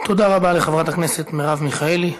תודה רבה לחברת הכנסת מרב מיכאלי.